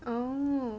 oh